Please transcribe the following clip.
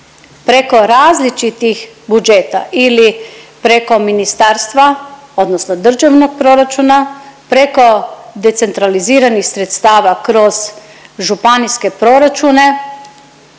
preko različitih budžeta ili preko ministarstva odnosno državnog proračuna preko decentraliziranih sredstava kroz županijske proračune,